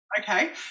Okay